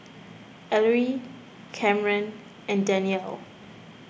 Ellery Camren and Danyell